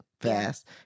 fast